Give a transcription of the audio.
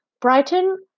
Brighton